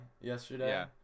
yesterday